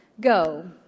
Go